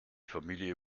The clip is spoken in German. familie